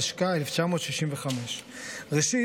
התשכ"ה 1965. ראשית,